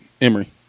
Emory